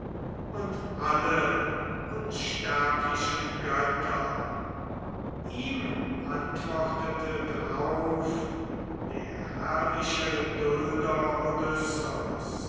und alle unsterblichen götter ihm antwortete drauf der herrliche